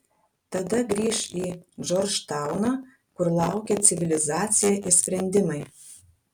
tada grįš į džordžtauną kur laukė civilizacija ir sprendimai